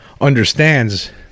understands